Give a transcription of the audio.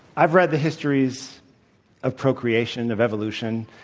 i've read the histories of procreation, of evolution.